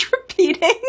repeating